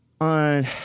on